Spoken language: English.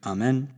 Amen